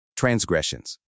Transgressions